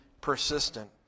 persistent